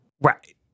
Right